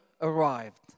arrived